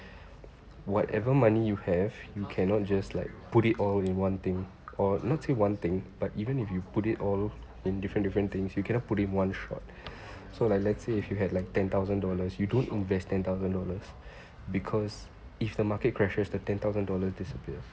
whatever money you have you cannot just like put it all in one thing or not say one thing but even if you put it all in different different things you cannot put in one shot so like let's say if you had like ten thousand dollars you don't invest ten thousand dollars because if the market crashes the ten thousand dollar disappear